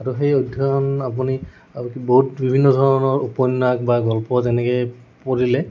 আৰু সেই অধ্যয়ন আপুনি বহুত বিভিন্ন ধৰণৰ উপন্যাস বা গল্প যেনেকে পঢ়িলে